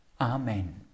Amen